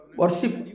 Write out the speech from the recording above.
Worship